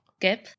gap